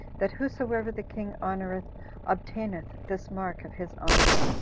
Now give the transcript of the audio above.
that whosoever the king honoreth obtaineth this mark of his honor.